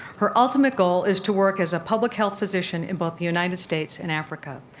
her ultimate goal is to work as a public health physician in both the united states and africa.